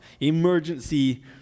emergency